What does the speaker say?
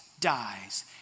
dies